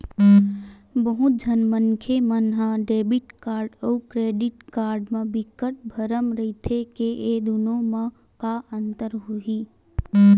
बहुत झन मनखे मन ह डेबिट कारड अउ क्रेडिट कारड म बिकट भरम रहिथे के ए दुनो म का अंतर होही?